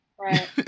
right